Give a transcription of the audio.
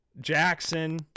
Jackson